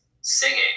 singing